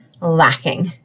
lacking